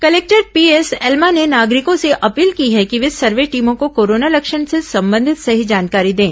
collector P S Elma ने नागरिकों से अपील की है कि वे सर्वे टीमों को कोरोना लक्षण से संबंधित सही जानकारी दें